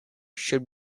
should